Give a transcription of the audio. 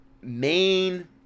main